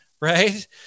right